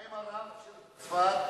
מה עם הרב של צפת?